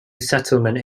settlements